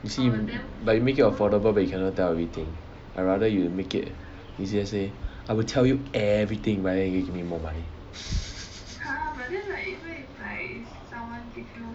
you see but you make it affordable but you cannot tell everything I rather you make it easier to say I will tell you everything but then you give me more money